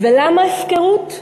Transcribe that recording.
ולמה הפקרות?